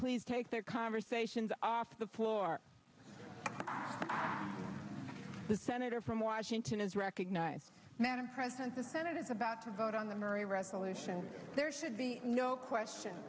please take their conversations off the floor the senator from washington is recognized presence the senate is about to vote on them or a resolution there should be no question